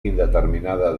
indeterminada